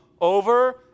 over